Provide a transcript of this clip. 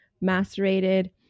macerated